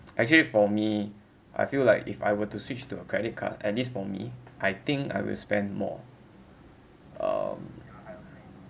actually for me I feel like if I were to switch to a credit card at least for me I think I will spend more um